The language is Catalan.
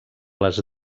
les